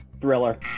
Thriller